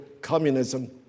communism